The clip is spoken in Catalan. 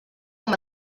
com